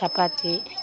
chapati